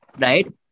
right